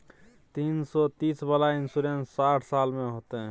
तीन सौ तीस वाला इन्सुरेंस साठ साल में होतै?